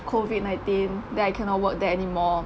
COVID nineteen then I cannot work there anymore